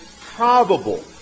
probable